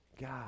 God